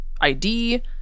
ID